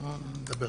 אנחנו נדבר על זה.